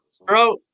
Bro